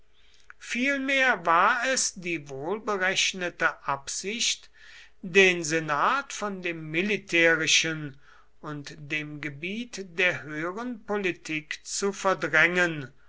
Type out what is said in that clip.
vielmehr war es die wohlberechnete absicht den senat von dem militärischen und dem gebiet der höheren politik zu verdrängen